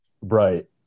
Right